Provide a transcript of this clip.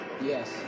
Yes